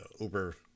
Uber